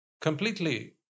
completely